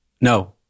No